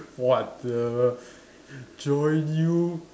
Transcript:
what the join you